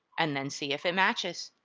and then see if it matches.